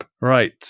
right